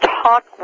talk